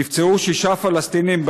נפצעו שישה פלסטינים,